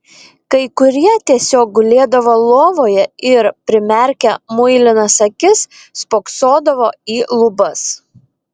kai kurie tiesiog gulėdavo lovoje ir primerkę muilinas akis spoksodavo į lubas